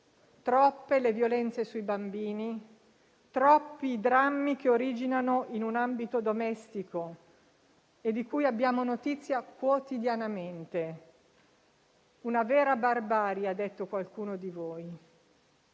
troppe le violenze sui bambini, troppi i drammi che originano in un ambito domestico e di cui abbiamo notizia quotidianamente. Una vera barbarie, ha detto qualcuno di voi.